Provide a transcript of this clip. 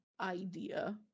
idea